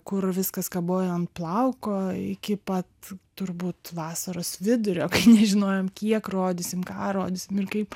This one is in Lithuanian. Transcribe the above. kur viskas kabojo ant plauko iki pat turbūt vasaros vidurio nežinojom kiek rodysim ką rodysim ir kaip